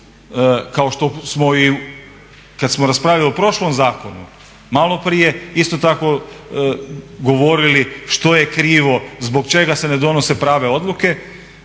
kao što smo i kada smo raspravljali o prošlom zakonu malo prije isto tako govorili što je krivo, zbog čega se ne donose prave odluke.